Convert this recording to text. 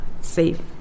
Safe